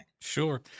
sure